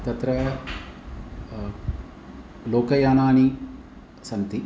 तत्र लोकयानानि सन्ति